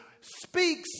speaks